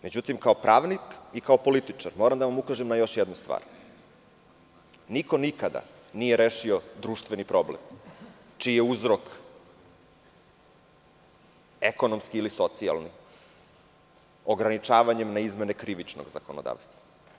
Međutim, kao pravnik i kao političar moram da vam ukažem na još jednu stvar, niko nikada nije rešio društveni problem čiji je uzrok ekonomski ili socijalni, ograničavanjem na izmene krivičnog zakonodavstva.